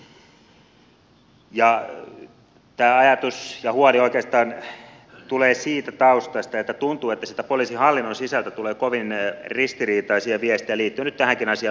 tämä ajatus ja huoli oikeastaan tulevat siitä taustasta että tuntuu että sieltä poliisihallinnon sisältä tulee kovin ristiriitaisia viestejä liittyen nyt tähänkin asiaan